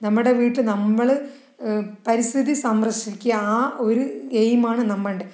നമ്മുടെ വീട്ടിൽ നമ്മൾ പരിസ്ഥിതി സംരക്ഷിക്കുക ആ ഒരു എയിമാണ് നമ്മളുടെ